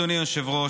אדוני היושב-ראש,